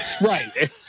Right